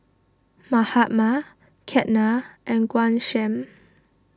Mahatma Ketna and Ghanshyam